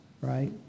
right